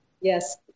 Yes